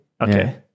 Okay